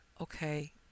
Okay